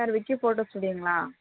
sir Vicky photo ஸ்டுடியோங்களா